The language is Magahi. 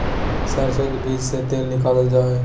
सरसो के बीज से तेल निकालल जा हई